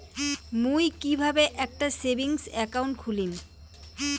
মুই কিভাবে একটা সেভিংস অ্যাকাউন্ট খুলিম?